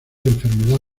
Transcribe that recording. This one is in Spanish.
enfermedad